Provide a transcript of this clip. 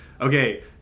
okay